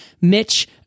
Mitch